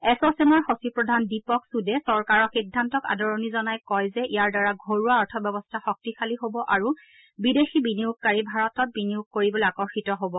এচ'চেমৰ সচিবপ্ৰধান দীপক ছূদে চৰকাৰৰ সিদ্ধান্তক আদৰণি জনায় কয় যে ইয়াৰ দ্বাৰা ঘৰুৱা অৰ্থব্যৱস্থা শক্তিশালী হ'ব আৰু বিদেশী বিনিয়োগকাৰী ভাৰতত বিনিয়োগ কৰিবলৈ আকৰ্ষিত হ'ব